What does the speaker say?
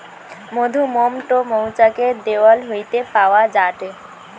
মধুমোম টো মৌচাক এর দেওয়াল হইতে পাওয়া যায়টে